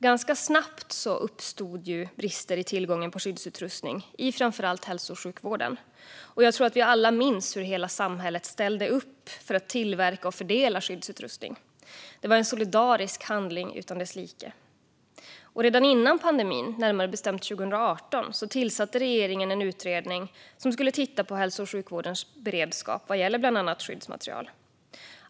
Ganska snabbt uppstod brister i tillgången på skyddsutrustning i framför allt hälso och sjukvården, och jag tror att vi alla minns hur hela samhället ställde upp för att tillverka och fördela skyddsutrustning. Det var en solidarisk handling utan dess like. Redan före pandemin, närmare bestämt 2018, tillsatte regeringen en utredning som skulle titta på hälso och sjukvårdens beredskap vad gäller bland annat skyddsmateriel.